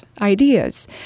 ideas